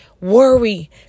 worry